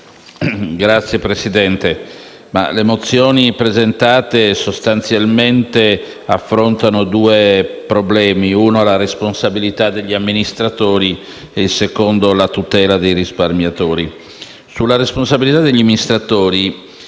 Signor Presidente, le mozioni presentate sostanzialmente affrontano due problemi: la responsabilità degli amministratori e la tutela dei risparmiatori. Francamente, sulla responsabilità degli amministratori